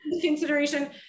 consideration